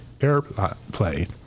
airplane